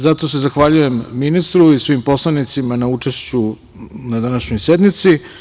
Zato se zahvaljujem ministru i svim poslanicima na učešću na današnjoj sednici.